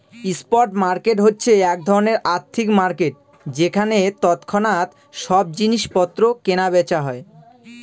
spot market হচ্ছে এক ধরনের আর্থিক মার্কেট যেখানে তৎক্ষণাৎ সব জিনিস পত্র কেনা বেচা হয়